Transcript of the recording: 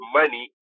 money